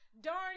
Darn